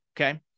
Okay